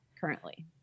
currently